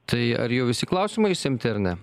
tai ar jau visi klausimai išsemti ar ne